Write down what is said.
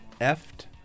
Eft